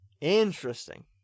Interesting